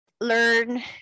learn